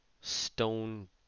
stone